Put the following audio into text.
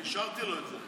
אני אישרתי לו את זה.